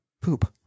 poop